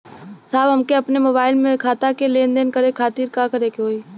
साहब हमके अपने मोबाइल से खाता के लेनदेन करे खातिर का करे के होई?